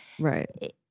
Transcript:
Right